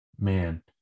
man